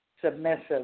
submissive